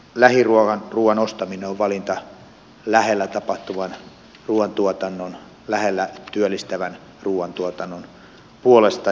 lähiruuan ostaminen on valinta lähellä tapahtuvan ruuantuotannon lähellä työllistävän ruuantuotannon puolesta